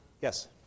Yes